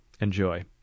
Enjoy